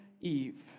Eve